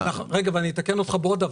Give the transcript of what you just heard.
אני אתקן אותך בעוד דבר,